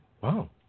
Wow